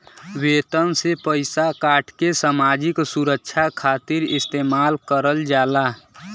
वेतन से पइसा काटके सामाजिक सुरक्षा खातिर इस्तेमाल करल जाला